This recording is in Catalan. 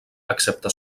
excepte